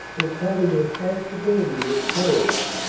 this having responsibility with souls.